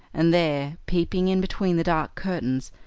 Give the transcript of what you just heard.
and there, peeping in between the dark curtains,